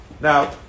Now